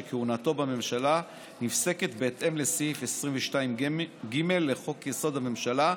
שכהונתו בממשלה נפסקה בהתאם לסעיף 22(ג) לחוק-יסוד: הממשלה,